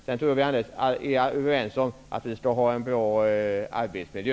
Men jag tror ändå att vi är överens om att vi skall ha en bra arbetsmiljö.